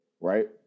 right